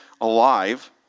alive